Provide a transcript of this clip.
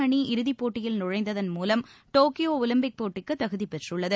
அணி இறுதிப்போட்டியில் நுழைந்ததன் மூலம் டோக்கியோ ஒலிம்பிக் போட்டிக்கு தகுதி பெற்றுள்ளது